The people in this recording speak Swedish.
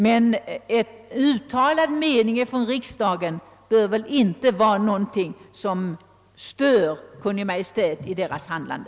Men en av riksdagen uttalad mening bör väl inte vara någonting som stör Kungl. Maj:t i hans handlande.